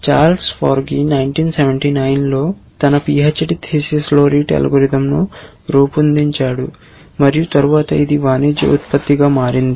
Charles Forgy 1979 లో తన PhD థీసిస్లో RETE అల్గోరిథంను రూపొందించాడు మరియు తరువాత ఇది వాణిజ్య ఉత్పత్తిగా మారింది